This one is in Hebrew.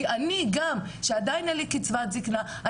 אני גם שעדיין אין לי קצבת זקנה,